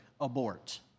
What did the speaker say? abort